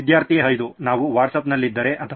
ವಿದ್ಯಾರ್ಥಿ 5 ನಾವು ವಾಟ್ಸಾಪ್ನಲ್ಲಿದ್ದರೆ ಅಥವಾ